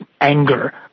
anger